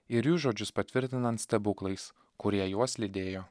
ir jų žodžius patvirtinant stebuklais kurie juos lydėjo